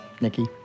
Nikki